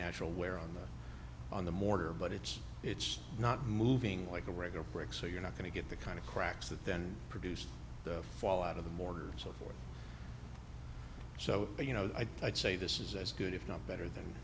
natural wear on the on the mortar but it's it's not moving like a regular brick so you're not going to get the kind of cracks that then produced the fall out of the mortar so forth so you know i'd say this is as good if not better than